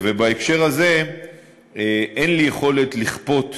בהקשר הזה אין לי יכולת לכפות